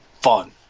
fun